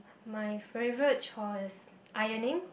my favourite chore is ironing